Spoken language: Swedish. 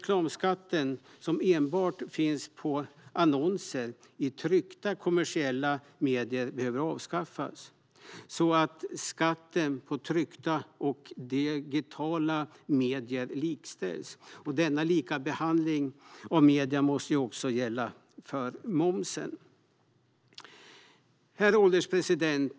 Reklamskatten, som enbart gäller annonser i tryckta kommersiella medier, behöver avskaffas så att skatten på tryckta och digitala medier likställs. Denna likabehandling av medier måste också gälla momsen. Herr ålderspresident!